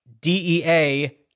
DEA